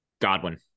Godwin